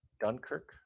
dunkirk